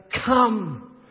come